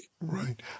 Right